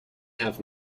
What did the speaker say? have